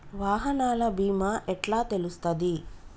వాహనాల బీమా ఎట్ల తెలుస్తది?